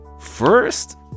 first